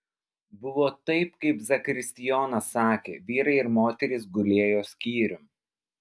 buvo taip kaip zakristijonas sakė vyrai ir moterys gulėjo skyrium